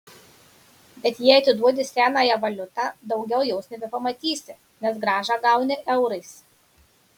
bet jei atiduodi senąją valiutą daugiau jos nebepamatysi nes grąžą gauni eurais